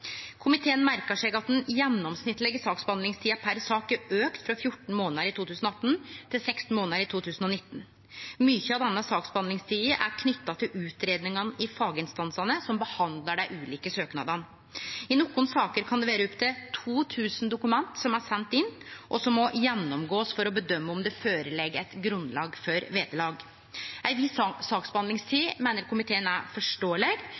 Komiteen merkar seg at den gjennomsnittlege saksbehandlingstida per sak har auka frå 14 månader i 2018 til 16 månader i 2019. Mykje av denne saksbehandlingstida er knytt til utgreiingane i faginstansane som behandlar dei ulike søknadene. I nokre saker kan det vere opptil 2 000 dokument som er sende inn, og som ein må gå igjennom for å vurdere om det ligg føre eit grunnlag for vederlag. Ei viss saksbehandlingstid meiner komiteen er